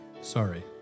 Sorry